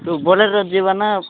ବୋଲେରୋରେ ଯିବା ନାଁ